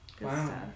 Wow